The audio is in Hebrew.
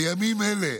בימים אלה,